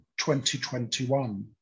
2021